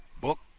book